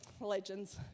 legends